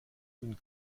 une